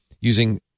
using